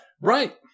Right